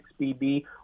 XBB